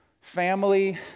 family